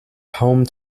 home